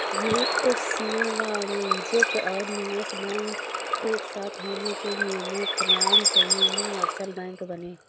US में वाणिज्यिक और निवेश बैंक एक साथ होने के नियम़ोंपरान्त यूनिवर्सल बैंक बने